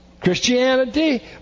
Christianity